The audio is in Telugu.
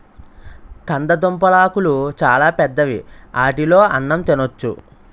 కందదుంపలాకులు చాలా పెద్దవి ఆటిలో అన్నం తినొచ్చు